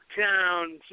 town